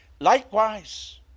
likewise